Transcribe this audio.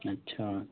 अच्छा